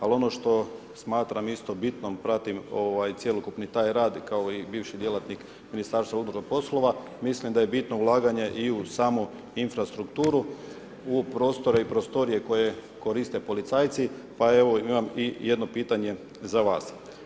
Ali, ono što smatram isto bitnom, pratim cjelokupni taj rad, kao i bivši djelatnik Ministarstva unutarnjih poslova, mislim da je bitno ulaganje i u samu infrastrukturu u prostre i prostorije koje koriste policajci, pa evo, imam i jedno pitanje i za vas.